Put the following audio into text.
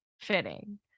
fitting